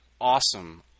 awesome